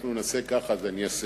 אנחנו נעשה ככה, ואני אעשה